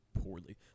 poorly